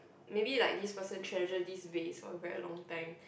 maybe like this person treasure this ways for a very long time